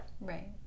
right